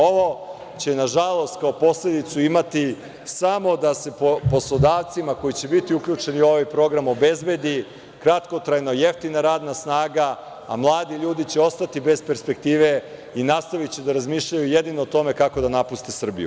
Ovo će, nažalost, kao posledicu imati samo da se poslodavcima koji će biti uključeni u ovaj program obezbedi kratkotrajno jeftina radna snaga, a mladi ljudi će ostati bez perspektive i nastaviće da razmišljaju jedino o tome kako da napuste Srbiju.